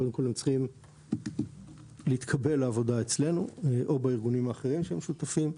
קודם כל הם צריכים להתקבל לעבודה אצלנו או בארגונים האחרים שמשותפים,